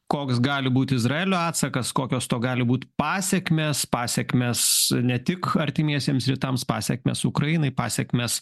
koks gali būt izraelio atsakas kokios to gali būt pasekmės pasekmės ne tik artimiesiems rytams pasekmės ukrainai pasekmės